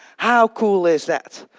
how cool is that?